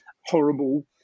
horrible